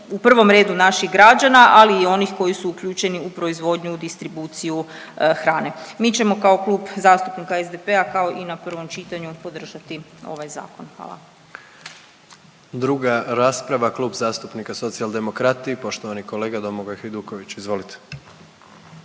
u prvom redu naših građana, a li i onih koji su uključeni u proizvodnju, distribuciju hrane. Mi ćemo kao Klub zastupnika SDP-a, kao i na prvom čitanju, podržati ovaj Zakon. Hvala. **Jandroković, Gordan (HDZ)** Druga rasprava, Kluba zastupnika Socijaldemokrati, poštovani kolega Domagoj Hajduković, izvolite.